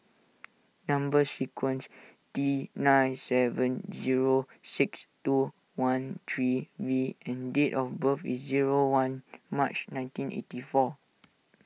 Number Sequence T nine seven zero six two one three V and date of birth is zero one March nineteen eighty four